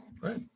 Right